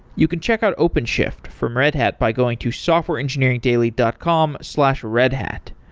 you can check out openshift from red hat by going to softwareengineeringdaily dot com slash redhat.